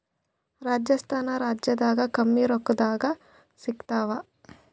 ರಾಜಸ್ಥಾನ ರಾಜ್ಯದಾಗ ಕಮ್ಮಿ ರೊಕ್ಕದಾಗ ಸಿಗತ್ತಾವಾ?